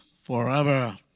forever